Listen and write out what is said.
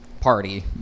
party